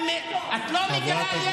את לא מגלה ידע בחומר.